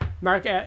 Mark